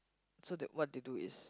so the what they do is